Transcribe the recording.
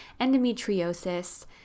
endometriosis